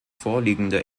vorliegende